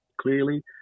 clearly